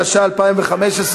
התשע"ה 2015,